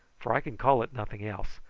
for i can call it nothing else,